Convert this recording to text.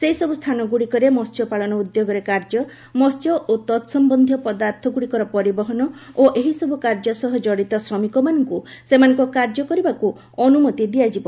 ସେହିସବୁ ସ୍ଥାନଗୁଡ଼ିକରେ ମତ୍ୟପାଳନ ଉଦ୍ୟୋଗରେ କାର୍ଯ୍ୟ ମତ୍ୟ ଓ ତତ୍ ସମନ୍ଧୀୟ ପଦାର୍ଥଗୁଡ଼ିକର ପରିବହନ ଓ ଏହିସବୁ କାର୍ଯ୍ୟସହ ଜଡ଼ିତ ଶ୍ରମିକମାନଙ୍କୁ ସେମାନଙ୍କ କାର୍ଯ୍ୟ କରିବାକୁ ଅନୁମତି ଦିଆଯିବ